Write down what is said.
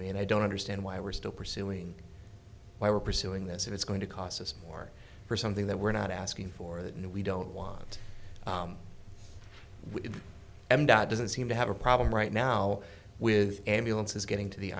me and i don't understand why we're still pursuing why we're pursuing this it's going to cost us more for something that we're not asking for that and we don't want em dad doesn't seem to have a problem right now with ambulances getting to the